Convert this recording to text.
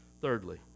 Thirdly